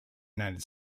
united